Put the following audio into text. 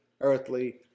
earthly